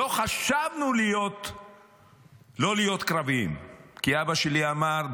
לא חשבנו לא להיות קרביים כי אבא שלי אמר,